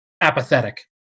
apathetic